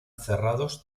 cerrados